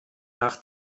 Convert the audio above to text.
nach